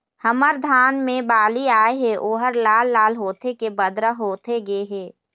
हमर धान मे बाली आए हे ओहर लाल लाल होथे के बदरा होथे गे हे?